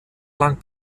lang